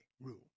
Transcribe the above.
rule